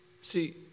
See